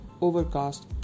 Overcast